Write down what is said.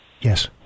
Yes